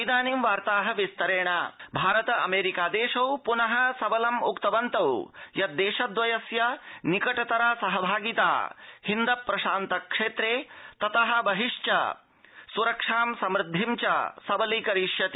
इदानीं वार्ता विस्तरेण भारतम अमेरिका भारत अमेरिका देशौ प्न सबलम् उक्तवन्तौ यद देश द्वयस्य निकट तरा सहभागिता हिन्द प्रशान्त क्षेत्रे तत बहिश्च सुरक्षा समुद्धि च सबली करिष्यति